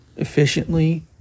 Efficiently